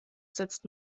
sitzt